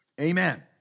Amen